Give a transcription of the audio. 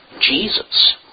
Jesus